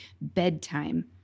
bedtime